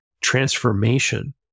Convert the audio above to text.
transformation